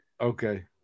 Okay